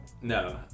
no